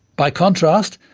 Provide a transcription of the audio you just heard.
by contrast,